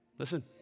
Listen